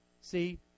See